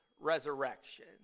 resurrection